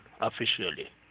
officially